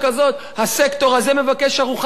הסקטור הזה מבקש ארוחת חינם?